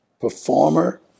Performer